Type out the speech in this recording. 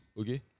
okay